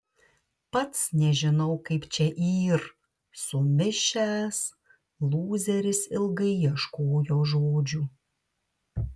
pats nežinau kaip čia yr sumišęs lūzeris ilgai ieškojo žodžių